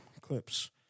clips